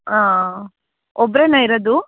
ಹಾಂ ಒಬ್ಬರೇನಾ ಇರೋದು